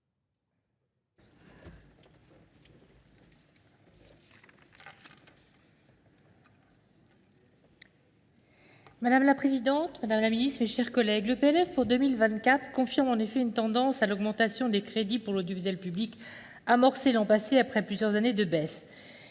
Madame la présidente, madame la ministre, mes chers collègues, le projet de loi de finances pour 2024 confirme une tendance à l’augmentation des crédits pour l’audiovisuel public, amorcée l’an passé après plusieurs années de baisse.